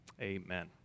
Amen